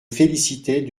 féliciter